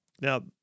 Now